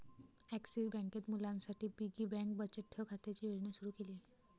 axis बँकेत मुलांसाठी piggy bank बचत ठेव खात्याची योजना सुरू केली